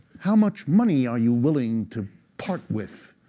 how much money are you willing to part with?